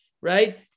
right